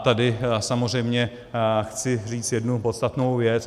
Tady samozřejmě chci říct jednu podstatnou věc.